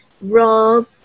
Rob